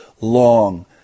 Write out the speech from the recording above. long